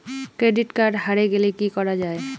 Credit card হারে গেলে কি করা য়ায়?